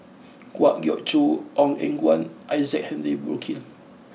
Kwa Geok Choo Ong Eng Guan and Isaac Henry Burkill